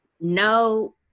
no